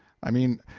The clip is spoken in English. i mean,